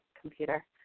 computer